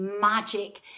magic